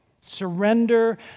Surrender